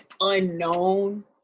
unknown